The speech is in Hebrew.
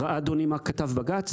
וראה אדוני מה כתב בג"ץ?